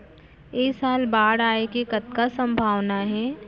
ऐ साल बाढ़ आय के कतका संभावना हे?